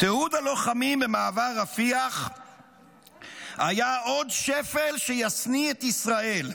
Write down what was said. "תיעוד הלוחמים במעבר רפיח היה עוד שפל שישניא את ישראל".